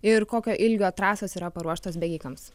ir kokio ilgio trasos yra paruoštos bėgikams